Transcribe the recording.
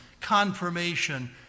confirmation